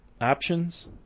options